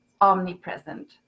omnipresent